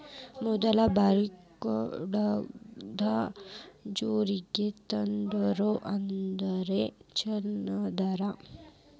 ಮದಲ ಬಾರಿ ಕಾಗದಾ ಜಾರಿಗೆ ತಂದೋರ ಅಂದ್ರ ಚೇನಾದಾರ